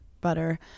Butter